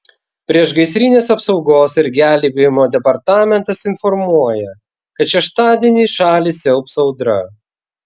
priešgaisrinės apsaugos ir gelbėjimo departamentas informuoja kad šeštadienį šalį siaubs audra